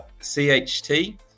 cht